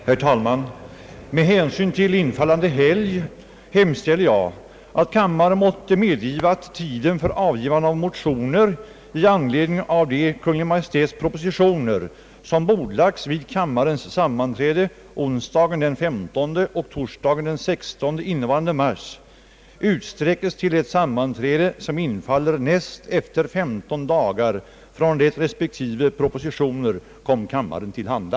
Herr talman! Med hänsyn till infallande helg hemställer jag, att kammaren måtte medgiva att tiden för avgivande av motioner i anledning av dels det betänkande med förslag till effektivisering av riksdagens revisorers verksamhet, som bordlagts den 15 mars, dels ock de Kungl. Maj:ts propositioner, som bordlagts vid kammarens sammanträden onsdagen den 15 och torsdagen den 16 mars, utsträckes till det sammanträde, som infaller näst efter 15 dagar från det betänkandet och propositionerna kom kammaren till handa.